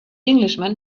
englishman